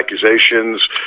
accusations